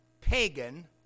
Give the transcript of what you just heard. pagan